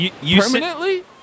Permanently